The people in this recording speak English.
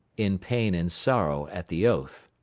in pain and sorrow at the oath.